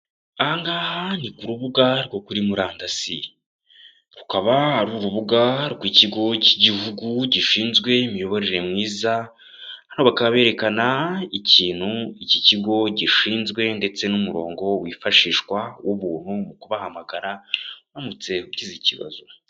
Aha ngaha ni ku rubuga rwo kuri murandasi. Rukaba ari urubuga rw'ikigo cy'igihugu gishinzwe imiyoborere myiza, hano bakaba berekana ikintu iki kigo gishinzwe ndetse n'umurongo wifashishwa w'ubuntu mu kubahamagara uramutse ugize ikibazo.